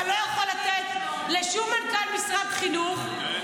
אתה לא יכול לתת לשום מנכ"ל משרד חינוך, כן.